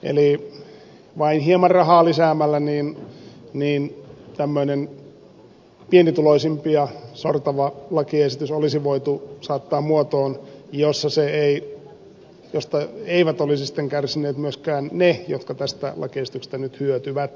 eli vain hieman rahaa lisäämällä tämmöinen pienituloisimpia sortava lakiesitys olisi voitu saattaa muotoon josta eivät olisi sitten kärsineet myöskään ne jotka tästä lakiesityksestä nyt hyötyvät